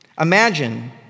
Imagine